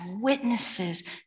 witnesses